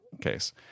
case